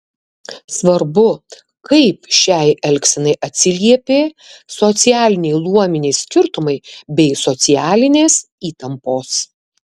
svarbu kaip šiai elgsenai atsiliepė socialiniai luominiai skirtumai bei socialinės įtampos